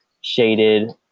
shaded